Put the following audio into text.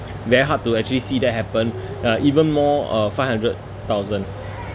very hard to actually see that happen uh even more uh five hundred thousand